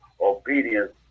obedience